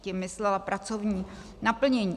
Tím myslela pracovní naplnění.